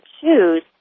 choose